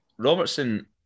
Robertson